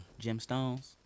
Gemstones